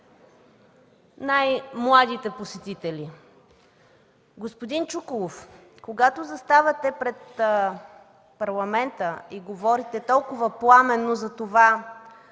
най-младите посетители. Господин Чуколов, когато заставате пред Парламента и говорите толкова пламенно затова